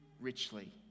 richly